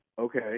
Okay